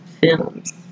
films